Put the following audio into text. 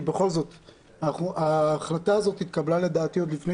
כי בכל זאת ההחלטה הזאת התקבלה לדעתי עוד לפני